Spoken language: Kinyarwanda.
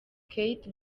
kate